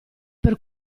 per